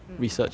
mm